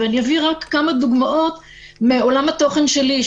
ואני אביא רק כמה דוגמאות מעולם התוכן שלי,